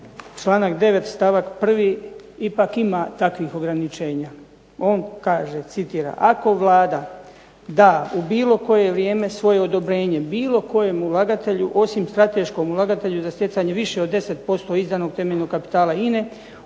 članak 9. stavak 1. ipak ima takvih ograničenja. On kaže: "Ako Vlada da u bilo koje vrijeme svoje odobrenje bilo kojem ulagatelju osim strateškom ulagatelju za stjecanje više od 10% temeljnog kapitala INA-e,